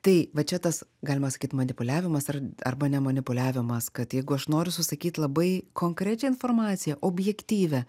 tai va čia tas galima sakyt manipuliavimas ar arba ne manipuliavimas kad jeigu aš noriu susakyt labai konkrečią informaciją objektyvią